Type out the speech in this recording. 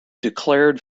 declared